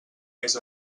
més